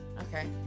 Okay